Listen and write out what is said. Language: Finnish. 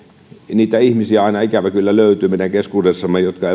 niitä ihmisiä aina löytyy meidän keskuudestamme jotka